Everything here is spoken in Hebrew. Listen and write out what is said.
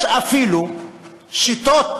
יש אפילו שיטות